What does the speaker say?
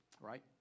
Right